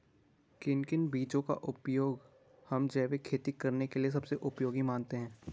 किन किन बीजों का उपयोग हम जैविक खेती करने के लिए सबसे उपयोगी मानते हैं?